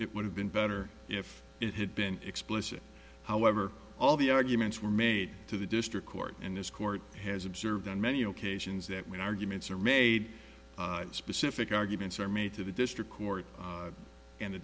it would have been better if it had been explicit however all the arguments were made to the district court in this court has observed on many occasions that when arguments are made specific arguments are made to the district court and the